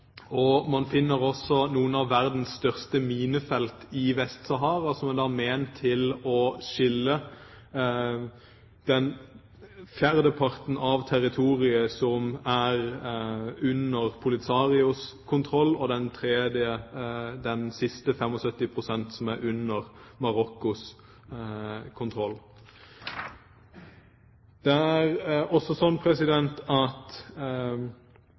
Man finner også noen av verdens største minefelt i Vest-Sahara, som er ment å skille den fjerdeparten av territoriet som er under Polisarios kontroll, og de siste 75 pst., som er under Marokkos kontroll. Det er også slik at